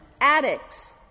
addicts